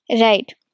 Right